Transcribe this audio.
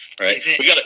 Right